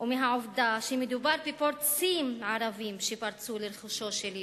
ומהעובדה שמדובר בפורצים ערבים שפרצו לרכושו של יהודי.